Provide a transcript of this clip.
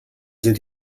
sind